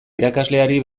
irakasleari